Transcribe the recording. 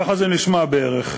ככה זה נשמע בערך.